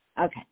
Okay